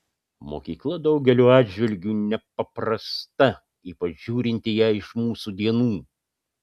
mokykla daugeliu atžvilgiu nepaprasta ypač žiūrint į ją iš mūsų dienų